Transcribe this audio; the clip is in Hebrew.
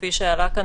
כפי שעלה כאן,